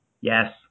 Yes